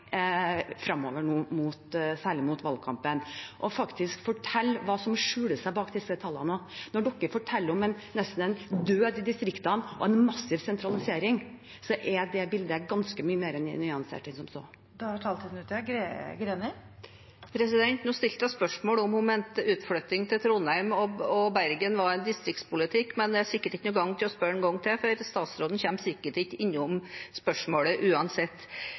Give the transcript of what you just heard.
framover, særlig mot valgkampen, og faktisk fortelle hva som skjuler seg bak disse tallene. Når de forteller om nesten død i distriktene og en massiv sentralisering, er bildet ganske mye mer nyansert enn som så. Det blir oppfølgingsspørsmål – først Heidi Greni. Nå stilte jeg spørsmål om hun mente at utflytting til Trondheim og Bergen var distriktspolitikk, men det er sikkert ikke noe gagn i å spørre en gang til, for statsråden kommer sikkert ikke innom spørsmålet uansett.